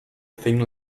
thing